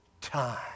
time